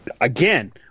Again